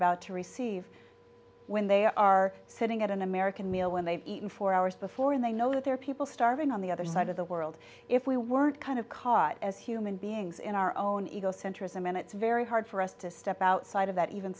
about to receive when they are sitting at an american meal when they've eaten for hours before they know that there are people starving on the other side of the world if we weren't kind of caught as human beings in our own egocentrism and it's very hard for us to step outside of that even